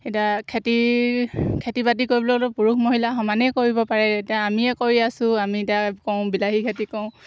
এতিয়া খেতি খেতি বাতি কৰিবলৈ হ'লেও পুৰুষ মহিলা সমানেই কৰিব পাৰে এতিয়া আমিয়ে কৰি আছো আমি এতিয়া কৰোঁ বিলাহী খেতি কৰোঁ